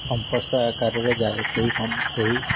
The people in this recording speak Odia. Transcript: କମ୍ପୋଷ୍ଟ ଆକାରରେ ଯାଏ ସେହି ସେହି